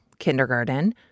kindergarten